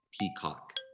Peacock